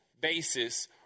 basis